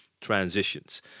transitions